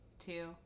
Two